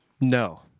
No